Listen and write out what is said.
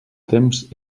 temps